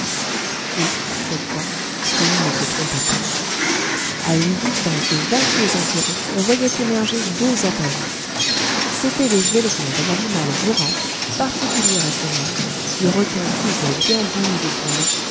et cette fois soun ne se trompait pas a une distance de vingt pieds environ on voyait émerger deux appendices c'étaient les ailerons d'un animal vorace particulier à ces mers le requin tigre bien digne de son nom